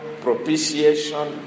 propitiation